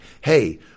hey